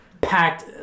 packed